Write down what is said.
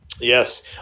yes